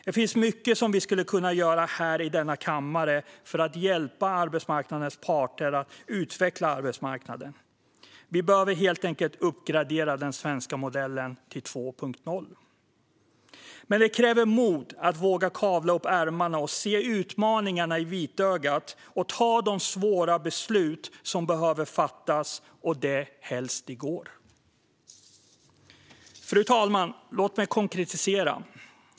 Det finns mycket vi skulle kunna göra här i denna kammare för att hjälpa arbetsmarknadens parter att utveckla arbetsmarknaden. Vi behöver helt enkelt uppgradera den svenska modellen till 2.0. Men det kräver mod att våga kavla upp ärmarna, se utmaningarna i vitögat och fatta de svåra beslut som behöver fattas, och det helst i går. Fru talman! Låt mig konkretisera.